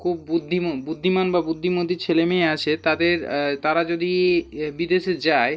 খুব বুদ্ধিম বুদ্ধিমান বা বুদ্ধিমতী ছেলে মেয়ে আছে তাদের তারা যদি বিদেশে যায়